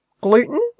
gluten